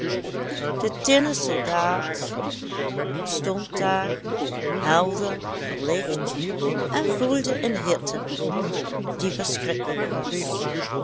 de tinnen soldaat stond daar helder verlicht en voelde een hitte die verschrikkelijk was